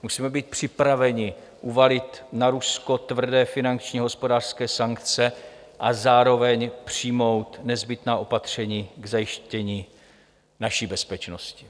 Musíme být připraveni uvalit na Rusko tvrdé finanční hospodářské sankce a zároveň přijmout nezbytná opatření k zajištění naší bezpečnosti.